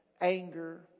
anger